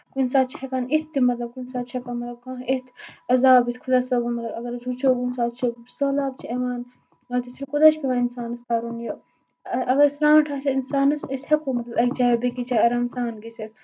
کُنہِ ساتہٕ چھُ ہیٚکان یِتھۍ تہِ مطلب کُنہِ ساتہٕ چھُ ہیٚکان مطلب کانٛہہ یِتھ عزاب یُتھ خۄدا صٲبُن مطلب اَگر أسۍ وُچھو کُنہِ ساتہٕ چھُ سہلاب چھُ یِوان وَندَس منٛز کوٗتاہ چھُ پیٚوان اِنسانَس کَرُن یہِ اَگر سرانٹھ آسہِ ہا اِنسانَس أسۍ ہیٚکو مطلب أکہِ جایہِ بیٚکِس جایہِ آرام سان گژھِتھ